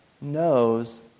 knows